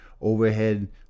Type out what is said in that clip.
overhead